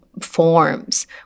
forms